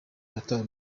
yatawe